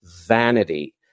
vanity